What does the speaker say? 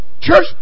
Church